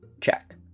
Check